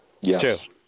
Yes